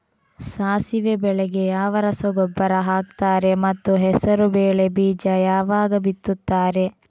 ಸಾಸಿವೆ ಬೆಳೆಗೆ ಯಾವ ರಸಗೊಬ್ಬರ ಹಾಕ್ತಾರೆ ಮತ್ತು ಹೆಸರುಬೇಳೆ ಬೀಜ ಯಾವಾಗ ಬಿತ್ತುತ್ತಾರೆ?